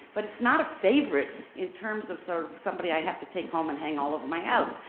but it's not a favorite in terms of sort of somebody i have to take home and hang all over my house.